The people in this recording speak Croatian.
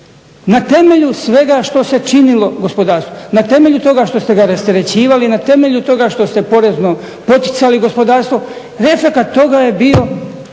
Na temelju svega što se činilo gospodarstvu, na temelju toga što ste ga rasterećivali, na temelju toga što ste porezno poticali gospodarstvo. Efekat toga je bio